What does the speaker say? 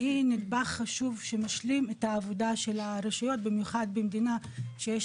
היא נדבך חשוב שמשלים את העבודה של הרשויות במיוחד במדינה שיש